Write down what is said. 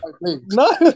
no